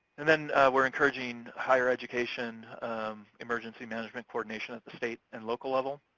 and then we're encouraging higher education emergency management coordination at the state and local level.